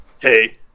Hey